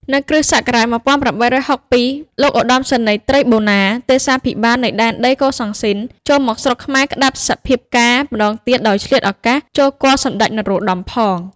នៅ គ.ស១៨៦២ លោកឧត្តមសេនីយត្រីបូណា ទេសាភិបាលនៃដែនដីកូសាំងស៊ីនចូលមកស្រុកខ្មែរក្តាប់សភាពការណ៍ម្តងទៀត ដោយឆ្លៀតឱកាសចូលគាល់សម្តេចនរោត្តម ផង។